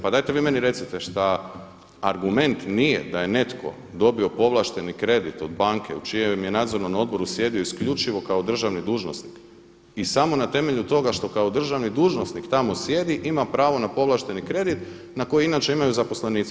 Pa dajte vi meni recite šta argument nije da je netko dobio povlašteni kredit od banke u čijem je nadzornom odboru sjedio isključivo kao državni dužnosnik i samo na temelju toga što kao državni dužnosnik tamo sjedi ima pravo na povlašteni kredit na koji inače imaju zaposlenici?